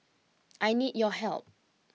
I need your help